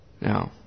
No